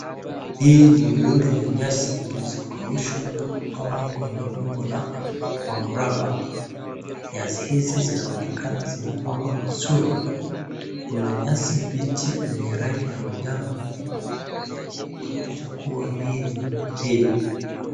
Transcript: Hii ni mlundu ya nyasi zilizokaushwa na kupangwa kwenye umbo la mraba. Nyasi hizi zinaonekana zimepangwa vizuri kuna nyasi mbichi yenye rangi ya manjano zinazoonyesha kuwa hii ni hay .